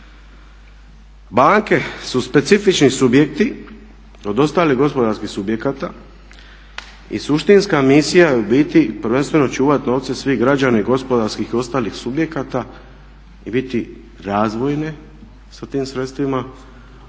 Banke su specifični subjekti od ostalih gospodarskih subjekata i suštinska misija je u biti prvenstveno čuvati novce svih građana i gospodarskih i ostalih subjekata i biti razvojne sa tim sredstvima,